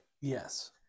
Yes